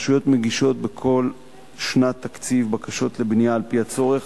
הרשויות מגישות בכל שנת תקציב בקשות לבנייה לפי הצורך.